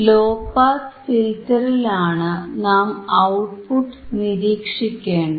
law pass ഫിൽറ്ററിലാണ് നാം output നിരീക്ഷിക്കേണ്ടത്